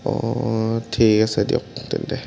অঁ অঁ ঠিক আছে দিয়ক তেন্তে